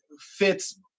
fits